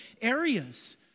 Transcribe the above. areas